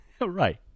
Right